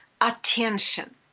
attention